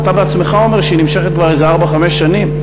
אתה בעצמך אומר שהיא נמשכת כבר איזה ארבע-חמש שנים.